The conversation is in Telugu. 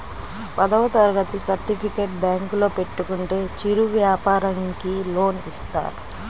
పదవ తరగతి సర్టిఫికేట్ బ్యాంకులో పెట్టుకుంటే చిరు వ్యాపారంకి లోన్ ఇస్తారా?